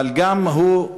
אבל גם הוא,